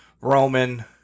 Roman